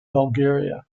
bulgaria